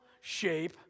shape